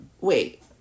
Wait